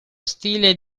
stile